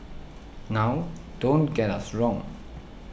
now don't get us wrong